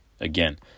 again